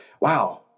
wow